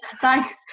thanks